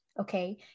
okay